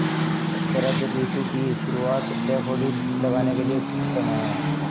शरद ऋतु की शुरुआत डैफोडिल लगाने के लिए उपयुक्त समय है